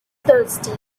thirsty